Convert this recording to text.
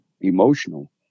emotional